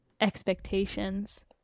expectations